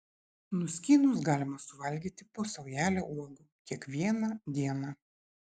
nuskynus galima suvalgyti po saujelę uogų kiekvieną dieną